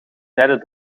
zijden